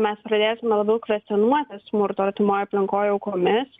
mes pradėsime labiau kvestionuoti smurto artimoj aplinkoj aukomis